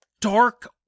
dark